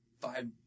five